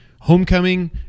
Homecoming